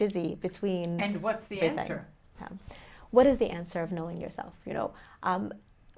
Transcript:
busy between now and what's the matter what is the answer of knowing yourself you know